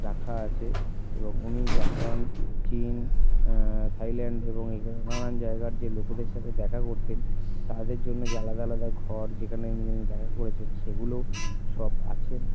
রাখা আছে এবং উনি জাপান চীন থাইল্যান্ড এবং নানান জায়গার যে লোকেদের সাথে দেখা করতেন তাদের জন্য যে আলাদা আলাদা ঘর যেখানে দেখা করেছেন সেগুলোও সব আছে